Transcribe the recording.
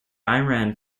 iran